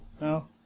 No